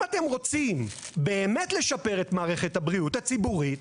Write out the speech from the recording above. אם אתם רוצים באמת לשפר את מערכת הבריאות הציבורית,